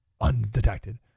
undetected